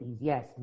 yes